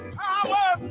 power